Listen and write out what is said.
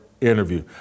interview